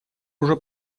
уже